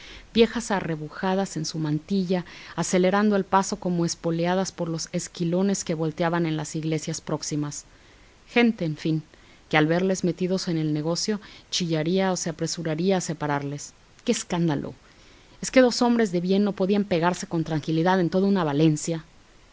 viejas arrebujadas en su mantilla acelerando el paso como espoleadas por los esquilones que volteaban en las iglesias próximas gente en fin que al verles metidos en el negocio chillaría o se apresuraría a separarles qué escándalo es que dos hombres de bien no podían pegarse con tranquilidad en toda una valencia